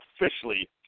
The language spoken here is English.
officially